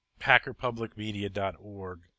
packerpublicmedia.org